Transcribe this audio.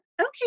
okay